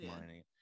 mining